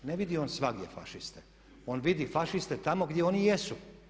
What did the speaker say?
Ne vidi on svagdje Fašiste, on vidi Fašiste tamo gdje oni jesu.